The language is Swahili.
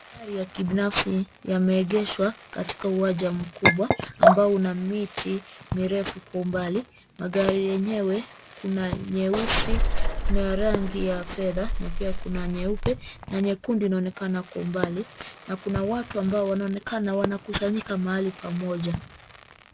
Magri ya kibinafsi yameegeshwa katika uwanja mkubwa ambao una miti mirefu kwa umbali. Magari yenyewe kuna nyeusi, kuna rangi ya fedha na pia kuna nyeupe na nyekundu inaonekana kwa umbali na kuna watu ambao wanaonekana wanakusanyika mahali pamoja.